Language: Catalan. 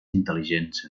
intel·ligents